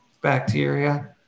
bacteria